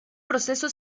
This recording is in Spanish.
proceso